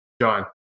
john